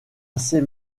assez